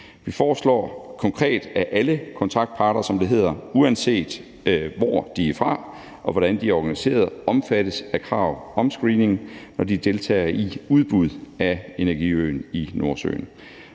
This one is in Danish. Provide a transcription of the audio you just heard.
Vi foreslår konkret, at alle kontraktparter, uanset hvor de er fra, og hvordan de er organiseret, omfattes af krav om screening, når de deltager i udbud af energiøen i Nordsøen.